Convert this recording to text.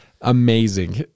Amazing